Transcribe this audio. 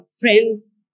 friends